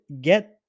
get